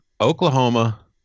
Oklahoma